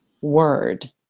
word